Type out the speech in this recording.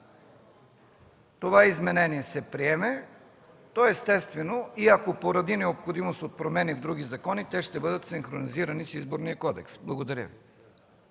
това изменение се приеме, то естествено, и ако поради необходимост от промени в други закони, те ще бъдат синхронизирани с Изборния кодекс. Благодаря